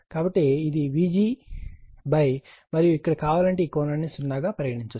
కాబట్టి ఇది vg మరియు ఇక్కడ కావాలంటే ఈ కోణాన్ని 0 గా పరిగణించవచ్చు